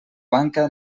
banca